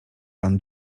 pan